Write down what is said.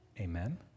Amen